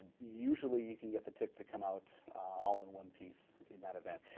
usually you can get the tic to come out all in one piece in that event.